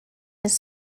his